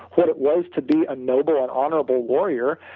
what it was to be a noble and honorable warrior,